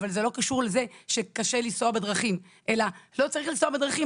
אבל זה לא קשור לזה שקשה לנסוע בדרכים אלא שלא צריך לנסוע בדרכים,